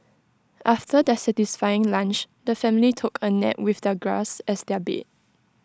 after their satisfying lunch the family took A nap with the grass as their bed